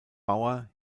bauer